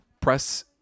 press